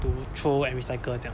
to throw and recycle 这样